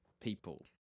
people